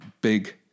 big